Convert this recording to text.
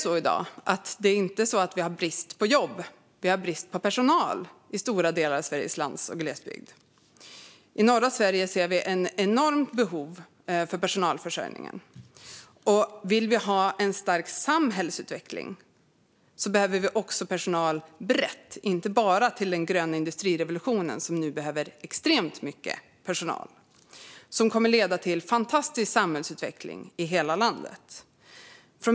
I dag råder inte brist på jobb utan brist på personal i stora delar av Sveriges lands och glesbygd. I norra Sverige ser vi ett enormt behov, och vill man ha en stark samhällsutveckling behövs personal brett, inte bara till den gröna industrirevolutionen, som ju behöver extremt mycket personal. Denna industri kommer att leda till en fantastisk samhällsutveckling i hela landet.